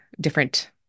different